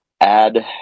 add